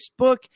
Facebook